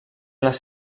les